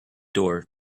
door